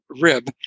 rib